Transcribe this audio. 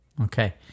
Okay